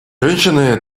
женщины